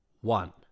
one